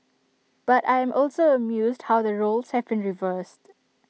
but I am also amused how the roles have been reversed